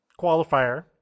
qualifier